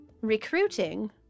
Recruiting